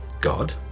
God